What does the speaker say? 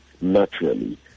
naturally